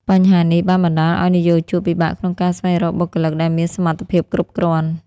បញ្ហានេះបានបណ្ដាលឱ្យនិយោជកពិបាកក្នុងការស្វែងរកបុគ្គលិកដែលមានសមត្ថភាពគ្រប់គ្រាន់។